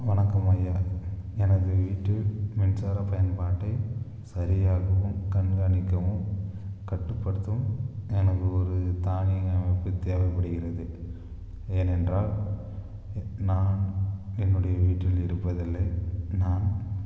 வணக்கம் ஐயா எனது வீட்டில் மின்சாரப் பயன்பாட்டை சரியாகவும் கண்காணிக்கவும் கட்டுப்படுத்தவும் எனக்கு ஒரு தானியங்கி அமைப்பு தேவைப்படுகிறது ஏனென்றால் நான் என்னுடைய வீட்டில் இருப்பதில்லை நான்